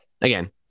again